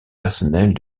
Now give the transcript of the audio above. personnels